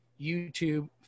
YouTube